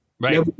Right